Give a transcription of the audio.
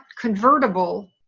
convertible